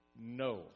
no